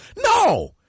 No